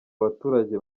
abaturage